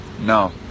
No